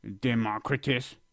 Democritus